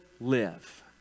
live